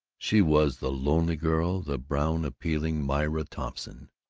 she was the lonely girl, the brown appealing myra thompson,